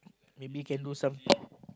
maybe can do some